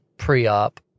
pre-op